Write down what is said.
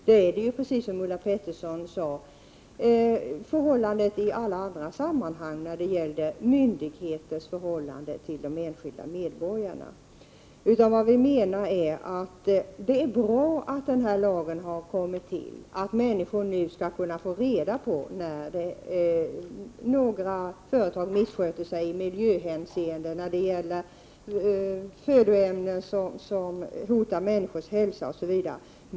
Det är, precis som Ulla Pettersson sade, förhållandet i alla andra sammanhang när det gäller myndigheters förhållanden till de enskilda medborgarna. Det är bra att den här lagen har kommit till och att människor nu skall kunna få reda på när företag missköter sig i miljöhänseende, när det gäller födoämnen som hotar människors hälsa osv.